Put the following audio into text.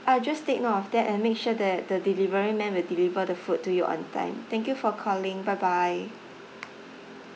I just take note of that and make sure that the delivery man will deliver the food to you on time thank you for calling bye bye